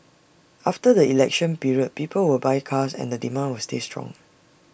after the election period people will buy cars and the demand will stay strong